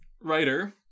Writer